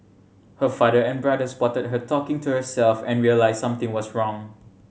her father and brother spotted her talking to herself and realised something was wrong